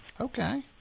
Okay